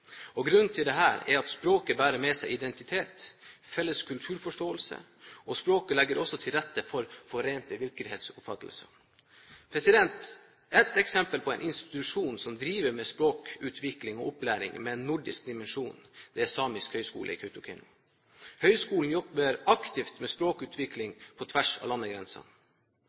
Grunnen til dette er at språket bærer med seg identitet og felles kulturforståelse, og språket legger også til rette for forente virkelighetsoppfattelser. Et eksempel på en institusjon som driver med språkutvikling og opplæring med en nordisk dimensjon, er Samisk høgskole i Kautokeino. Høyskolen jobber aktivt med språkutvikling på tvers av